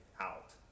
out